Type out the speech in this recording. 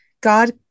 God